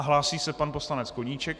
Hlásí se pan poslanec Koníček.